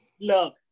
Look